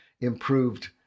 improved